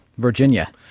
Virginia